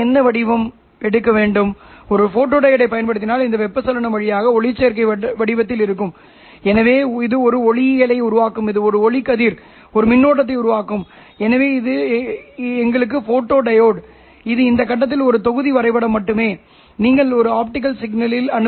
எனவே அதன் கட்டம் θs மற்றும் உள்ளூர் ஊசலாட்ட சமிக்ஞை ALO சரிவின் வீச்சைக் கொண்டுள்ளது என்று நான் கருதினால் அது ஒரு குறிப்பிட்ட உள்ளூர் ஆஸிலேட்டர் அதிர்வெண்ணையும் கொண்டுள்ளது ωLO பொதுவாக சில நிலையான கட்டம் நிலை இது θLO என அமைக்கவும் பின்னர் θLO LOALOcosωLOtθLO